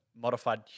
modified